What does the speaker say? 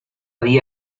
día